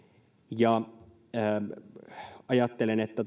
ajattelen että